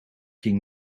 ging